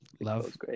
Love